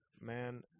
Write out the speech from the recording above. man